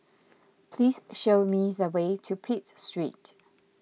please show me the way to Pitt Street